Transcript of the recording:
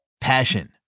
Passion